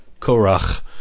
Korach